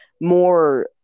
more